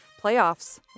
Playoffs